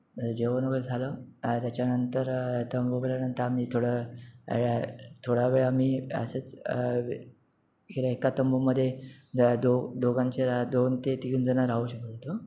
जेवण वगैरे झालं त्याच्यानंतर तंबू केल्यानंतर आम्ही थोडा वेळ थोडा वेळ आम्ही असंच एका तंबूमध्ये दो दोघांची दोन ते तीन जणं राहू शकत होतो